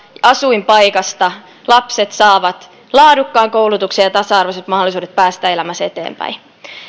asuinpaikasta lapset saavat laadukkaan koulutuksen ja tasa arvoiset mahdollisuudet päästä elämässä eteenpäin